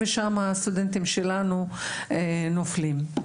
ושם הסטודנטים שלנו נופלים.